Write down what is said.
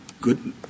good